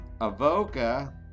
Avoca